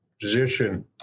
position